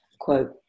Quote